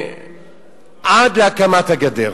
שעד להקמת הגדר